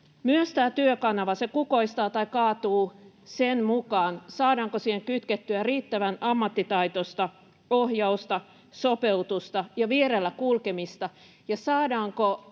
Myös tämä Työkanava kukoistaa tai kaatuu sen mukaan, saadaanko siihen kytkettyä riittävän ammattitaitoista ohjausta, sopeutusta ja vierellä kulkemista ja saadaanko